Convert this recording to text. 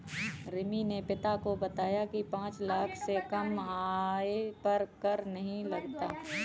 रिमी ने पिता को बताया की पांच लाख से कम आय पर कर नहीं लगता